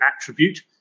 attribute